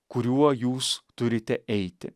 kuriuo jūs turite eiti